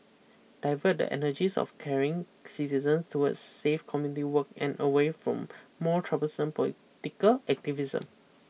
divert the energies of caring citizens towards safe community work and away from more troublesome political activism